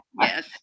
Yes